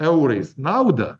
eurais naudą